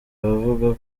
abavuga